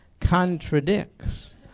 contradicts